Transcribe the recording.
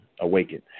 awaken